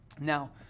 Now